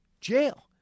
jail